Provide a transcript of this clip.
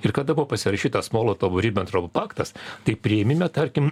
ir kada buvo pasirašytas molotovo ribentropo paktas tai priėmime tarkim